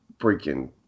freaking